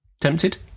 Tempted